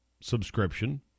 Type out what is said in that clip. subscription